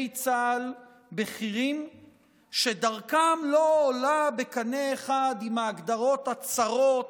צה"ל בכירים שדרכם לא עולה בקנה אחד עם ההגדרות הצרות,